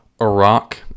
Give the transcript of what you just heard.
Iraq